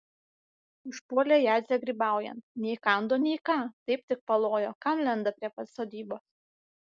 užpuolė jadzę grybaujant nei kando nei ką taip tik palojo kam lenda prie pat sodybos